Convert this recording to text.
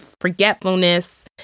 forgetfulness